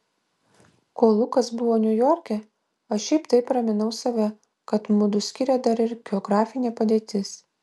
kol lukas buvo niujorke aš šiaip taip raminau save kad mudu skiria dar ir geografinė padėtis